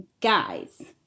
guys